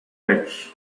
pets